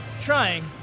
trying